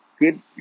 good